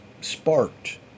sparked